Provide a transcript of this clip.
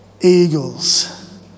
eagles